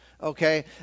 okay